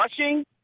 rushing